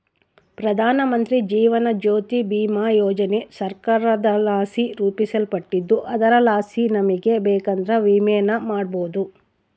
ಪ್ರಧಾನಮಂತ್ರಿ ಜೀವನ ಜ್ಯೋತಿ ಭೀಮಾ ಯೋಜನೆ ಸರ್ಕಾರದಲಾಸಿ ರೂಪಿಸಲ್ಪಟ್ಟಿದ್ದು ಅದರಲಾಸಿ ನಮಿಗೆ ಬೇಕಂದ್ರ ವಿಮೆನ ಮಾಡಬೋದು